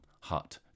HUT